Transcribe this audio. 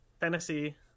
Tennessee